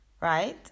right